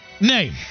name